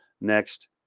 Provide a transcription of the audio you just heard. next